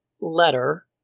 letter